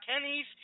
Kenny's